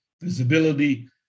visibility